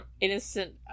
innocent